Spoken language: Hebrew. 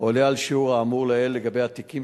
עולה על השיעור האמור לעיל לגבי תיקים